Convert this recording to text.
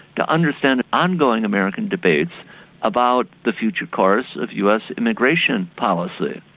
to understand ongoing american debates about the future course of us immigration policy.